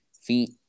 feet